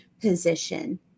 position